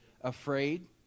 Afraid